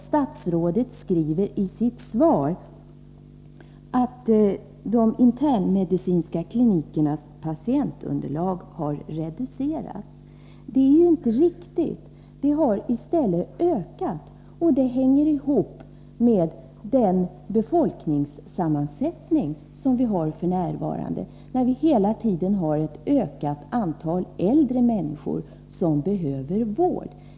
Statsrådet säger nämligen i sitt svar att de internmedicinska klinikernas patientunderlag har reducerats. Men det är inte riktigt. Patientunderlaget har i stället ökat, och det hänger ihop med den befolkningssammansättning som vi f.n. har. Hela tiden ökar antalet äldre människor som behöver vård.